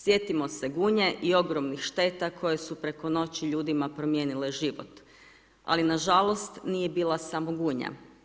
Sjetimo se Gunje i ogromnih šteta koje su preko noći ljudima promijenile život, ali nažalost, nije bila samo Gunja.